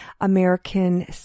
American